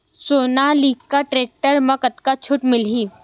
Sonalika tractor म कतका छूट मिलही?